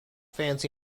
fancy